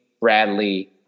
bradley